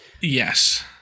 Yes